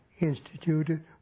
instituted